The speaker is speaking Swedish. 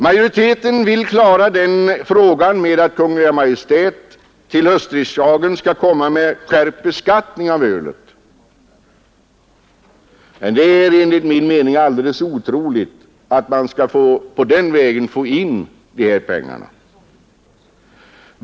Majoriteten vill klara detta genom att begära att Kungl. Maj:t till höstriksdagen föreslår skärpt beskattning av öl. Det är enligt min mening helt otroligt att man på den vägen kan få in dessa pengar.